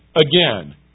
again